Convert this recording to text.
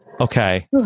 Okay